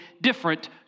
different